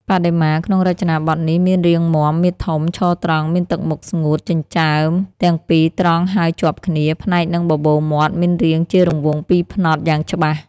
បដិមា ក្នុងរចនាបថនេះ មានរាងមាំ មាឌធំ ឈរត្រង់ មានទឹកមុខស្ងួត ចិញ្ចើមទាំងពីរត្រង់ហើយជាប់គ្នា ភ្នែកនិងបបូរមាត់មានរាងជារង្វង់ពីរផ្នត់ យ៉ាងច្បាស់ ។